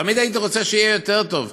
תמיד הייתי רוצה שיהיה יותר טוב,